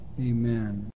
Amen